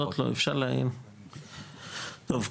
טוב,